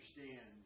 understand